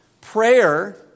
prayer